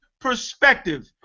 perspective